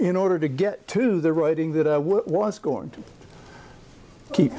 in order to get to the writing that what was going to keep